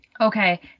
Okay